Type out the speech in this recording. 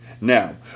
Now